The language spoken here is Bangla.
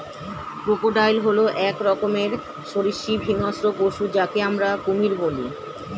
ক্রোকোডাইল হল এক রকমের সরীসৃপ হিংস্র পশু যাকে আমরা কুমির বলি